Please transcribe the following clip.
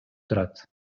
турат